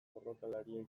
borrokalaria